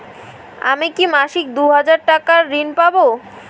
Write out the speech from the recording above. আমি কি মাসিক দুই হাজার টাকার ঋণ পাব?